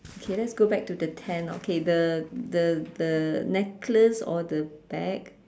okay let's go back to the ten okay the the the necklace or the bag